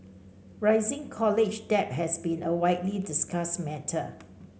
rising college debt has been a widely discussed matter